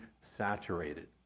saturated